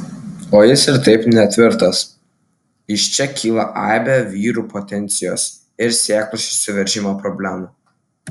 o jis ir taip netvirtas iš čia kyla aibė vyrų potencijos ir sėklos išsiveržimo problemų